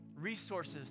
resources